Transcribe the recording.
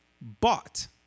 bought